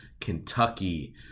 Kentucky